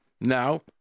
now